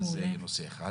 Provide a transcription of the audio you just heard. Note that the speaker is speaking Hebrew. אז זה נושא אחד.